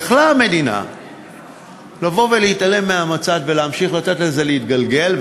יכלה המדינה לבוא ולהתעלם מהמצב ולהמשיך ולתת לזה להתגלגל,